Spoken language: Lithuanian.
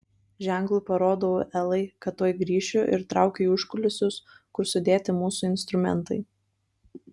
ženklu parodau elai kad tuoj grįšiu ir traukiu į užkulisius kur sudėti mūsų instrumentai